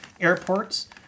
airports